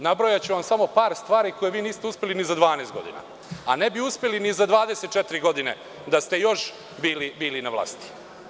Nabrojaću vam samo par stvari koje vi niste uspeli ni za 12 godina da uradite, a ne bi uspeli ni za 24 godine da ste još bili na vlasti.